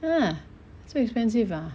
!huh! so expensive ah